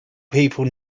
people